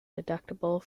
deductible